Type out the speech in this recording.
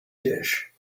dish